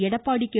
Edappadi K